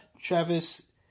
Travis